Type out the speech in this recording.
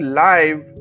live